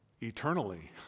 eternally